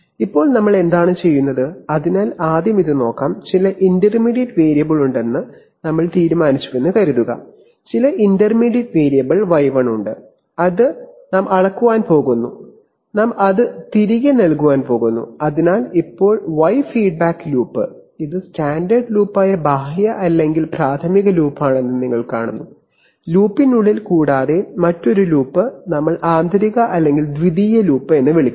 ഇപ്പോൾ നമ്മൾ എന്താണ് ചെയ്യുന്നത് അതിനാൽ ആദ്യം ഇത് നോക്കാം ചില ഇന്റർമീഡിയറ്റ് വേരിയബിൾ ഉണ്ടെന്ന് ഞങ്ങൾ തീരുമാനിച്ചുവെന്ന് കരുതുക ചില ഇന്റർമീഡിയറ്റ് വേരിയബിൾ y1 ഉണ്ട് അത് ഞാൻ അളക്കാൻ പോകുന്നു ഞാൻ അത് തിരികെ നൽകാൻ പോകുന്നു അതിനാൽ ഇപ്പോൾ y ഫീഡ്ബാക്ക് ലൂപ്പ് ഇത് സ്റ്റാൻഡേർഡ് ലൂപ്പായ ബാഹ്യ അല്ലെങ്കിൽ പ്രാഥമിക ലൂപ്പാണെന്ന് നിങ്ങൾ കാണുന്നു ലൂപ്പിനുള്ളിൽ കൂടാതെ മറ്റൊരു ലൂപ്പ് ഞങ്ങൾ ആന്തരിക അല്ലെങ്കിൽ ദ്വിതീയ ലൂപ്പ് എന്ന് വിളിക്കുന്നു